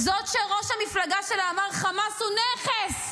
-- זאת שראש המפלגה שלה אמר: חמאס הוא נכס,